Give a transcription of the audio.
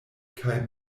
kaj